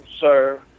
sir